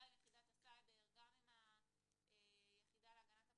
גם עם יחידת הסייבר, גם עם היחידה להגנת הפרטיות.